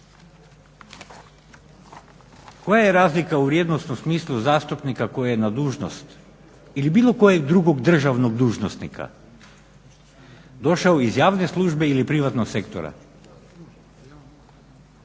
Koja je razlika u vrijednosnom smislu zastupnika koji je na dužnost ili bilo kojeg drugog državnog dužnosnika došao iz javne službe ili privatnog sektora?